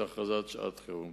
של הכרזה על שעת-חירום.